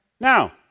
Now